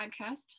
podcast